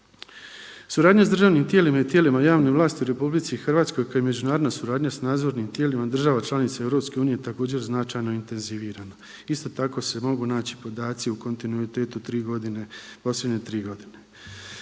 Suradnja sa državnim tijelima i tijelima javne vlasti u Republici Hrvatskoj kao i međunarodna suradnja sa nadzornim tijelima država članica Europske unije također, značajno je intenzivirana. Isto tako se mogu naći podaci u kontinuitetu tri godine,